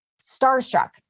Starstruck